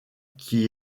qui